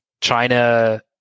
China